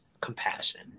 compassion